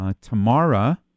Tamara